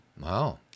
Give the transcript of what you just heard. Wow